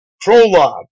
Prologue